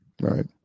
right